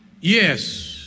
Yes